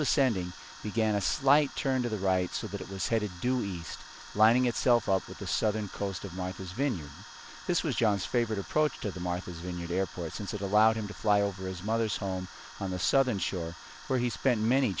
sending began a slight turn to the right so that it was headed due east lining itself up at the southern coast of martha's vineyard this was john's favorite approach to the martha's vineyard airport since it allowed him to fly over his mother's home on the southern shore where he spent many